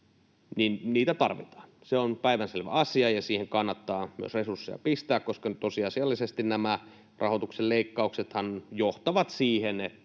Niitä tarvitaan. Se on päivänselvä asia, ja siihen kannattaa myös resursseja pistää, koska nyt tosiasiallisesti nämä rahoituksen leikkauksethan johtavat siihen,